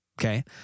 okay